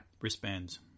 Wristbands